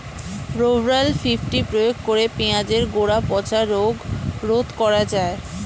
Rovral fifty প্রয়োগ করে পেঁয়াজের গোড়া পচা রোগ রোধ করা যায়?